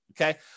Okay